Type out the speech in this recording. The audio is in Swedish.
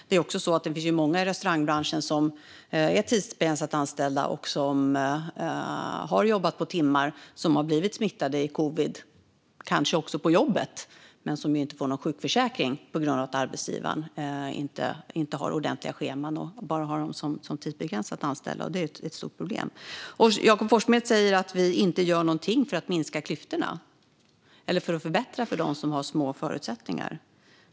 Det finns ju också många i restaurangbranschen som är tidsbegränsat anställda, som har jobbat på timmar och som har blivit smittade av covid, kanske på jobbet, men som inte får någon sjukförsäkring på grund av att arbetsgivaren inte har ordentliga scheman utan bara har dem som tidsbegränsat anställda. Det är ett stort problem. Jakob Forssmed säger att vi inte gör någonting för att minska klyftorna eller för att förbättra för dem som har små förutsättningar.